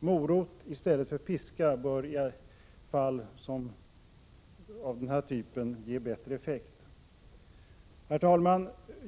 Morot i stället för piska bör i fall av den här typen ge bättre effekt. Herr talman!